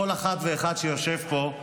כל אחת ואחד שיושב פה,